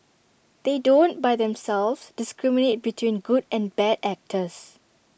they don't by themselves discriminate between good and bad actors